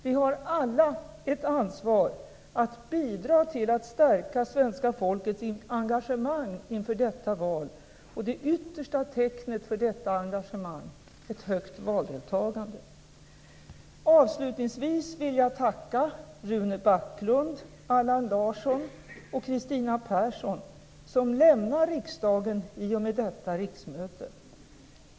Vi har alla ett ansvar att bidra till att stärka svenska folkets engagemang inför detta val, och det yttersta tecknet för detta engagemang är ett högt valdeltagande. Avslutningsvis vill jag tacka Rune Backlund, Allan Larsson och Kristina Persson som lämnar riksdagen i och med detta riksmöte.